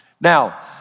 Now